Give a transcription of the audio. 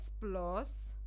plus